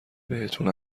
بهتون